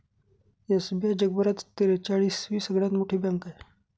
SBI जगभरात त्रेचाळीस वी सगळ्यात मोठी बँक आहे